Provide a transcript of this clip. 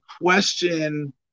question